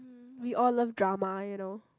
we all love drama you kow